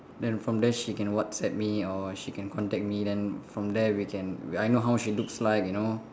then from there she can WhatsApp me or she can contact me then from there we can I know how she looks like you know